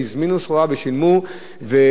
והיום לא יכולים לקבל את תמורתה,